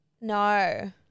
No